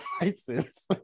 license